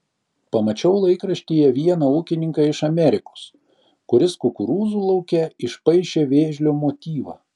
pamačiau laikraštyje vieną ūkininką iš amerikos kuris kukurūzų lauke išpaišė vėžlio motyvą